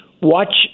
Watch